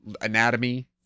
anatomy